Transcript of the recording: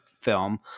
film